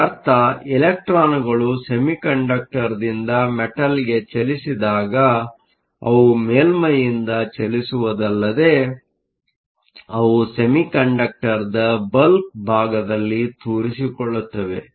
ಇದರರ್ಥ ಇಲೆಕ್ಟ್ರಾನ್ಗಳು ಸೆಮಿಕಂಡಕ್ಟರ್ದಿಂದ ಮೆಟಲ್Metalಗೆ ಚಲಿಸಿದಾಗ ಅವು ಮೇಲ್ಮೈಯಿಂದ ಚಲಿಸುವುದಲ್ಲದೇ ಅವು ಸೆಮಿಕಂಡಕ್ಟರ್ನ್ ಬಲ್ಕ್Bulk ಭಾಗದಲ್ಲಿ ತೂರಿಸಿಕೊಳ್ಳುತ್ತವೆ